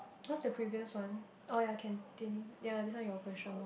what's the previous one oh ya canteen ya this one your question lor